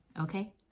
okay